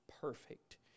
perfect